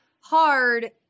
hard